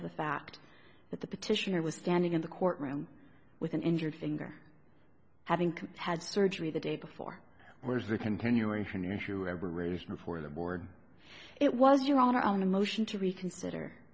of the fact that the petitioner was standing in the courtroom with an injured finger having can had surgery the day before where is the continuation issue ever raised before the board it was your honor on the motion to reconsider